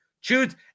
choose